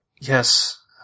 Yes